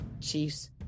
Chiefs